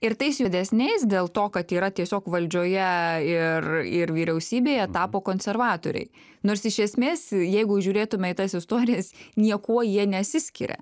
ir tais juodesniais dėl to kad yra tiesiog valdžioje ir ir vyriausybėje tapo konservatoriai nors iš esmės jeigu žiūrėtume į tas istorijas niekuo jie nesiskiria